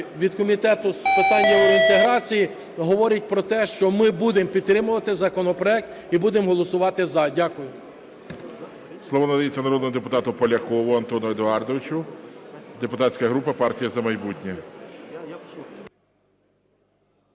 від Комітету з питань євроінтеграції, говорить про те, що ми будемо підтримувати законопроект і будемо голосувати "за". Дякую. ГОЛОВУЮЧИЙ. Слово надається народному депутату Полякову Антону Едуардовичу, депутатська група партія "За майбутнє".